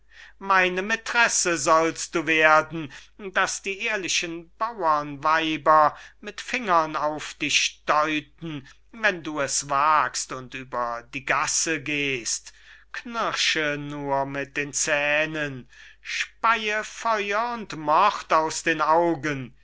meine maitresse sollst du werden daß die ehrlichen bauernweiber mit fingern auf dich deuten wenn du es wagst und über die gasse gehst knirsche nur mit den zähnen speye feuer und mord aus den augen